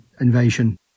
invasion